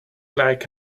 like